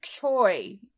Choi